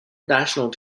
national